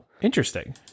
Interesting